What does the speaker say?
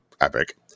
epic